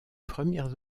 premières